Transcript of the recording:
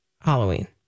halloween